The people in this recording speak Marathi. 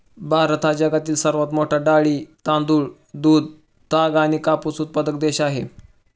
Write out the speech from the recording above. भारत हा जगातील सर्वात मोठा डाळी, तांदूळ, दूध, ताग आणि कापूस उत्पादक देश आहे